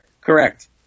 Correct